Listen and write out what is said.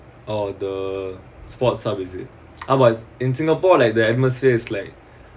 oh the sports hub is it I was in singapore like the atmosphere is like